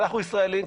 אנחנו ישראלים,